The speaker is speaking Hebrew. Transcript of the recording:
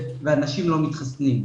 ואנשים לא מתחסנים.